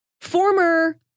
former